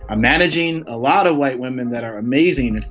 um managing a lot of white women that are amazing,